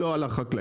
לא על החקלאים,